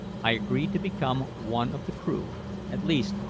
i agreed to become one of the crew at least,